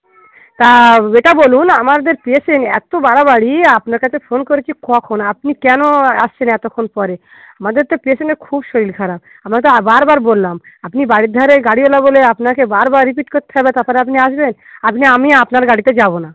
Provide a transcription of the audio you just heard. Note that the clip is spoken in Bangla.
তা এটা বলুন আমাদের পেশেন্ট এতো বাড়াবাড়ি আপনার কাছে ফোন করেছি কখন আপনি কেন আসছেন এতোক্ষণ পরে আমাদের তো পেশেন্টের খুব শরীর খারাপ আমরা তো বারবার বললাম আপনি বাড়ির ধারের গাড়িওলা বলে আপনাকে বারবার রিপিট করতে হবে তারপরে আপনি আসবেন আপনি আমি আপনার গাড়িতে যাবো না